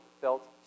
felt